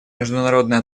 международные